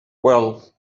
well